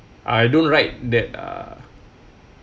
I don't write that uh